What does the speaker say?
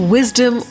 Wisdom